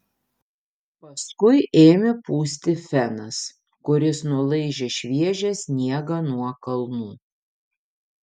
paskui ėmė pūsti fenas kuris nulaižė šviežią sniegą nuo kalnų